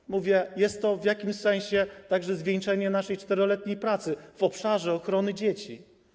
Jak mówię, jest to w jakimś sensie także zwieńczenie naszej 4-letniej pracy w obszarze ochrony dzieci.